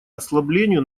ослаблению